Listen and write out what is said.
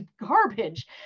garbage